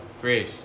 Fresh